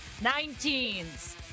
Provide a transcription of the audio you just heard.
Nineteens